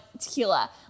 tequila